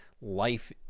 life